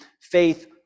faith